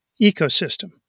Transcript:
ecosystem